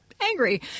angry